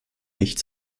nicht